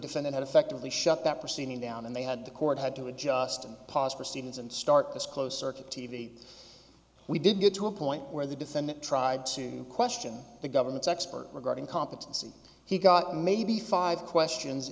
defendant effectively shut that proceeding down and they had the court had to adjust and pause for stevens and start as close circuit t v we did get to a point where the defendant tried to question the government's expert regarding competency he got maybe five questions